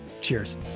Cheers